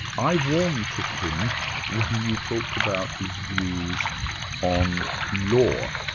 i warm to him when you talked about his views on law.